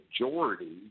majority